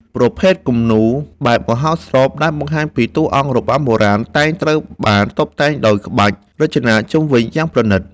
ប្រភេទគំនូរ បែបមហោស្រព ដែលបង្ហាញពីតួអង្គរបាំបុរាណ តែងត្រូវបានតុបតែងដោយក្បាច់រចនាជុំវិញយ៉ាងប្រណីត។